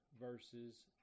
verses